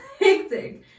hectic